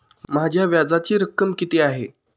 माझ्या व्याजाची रक्कम किती आहे?